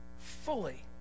fully